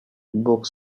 book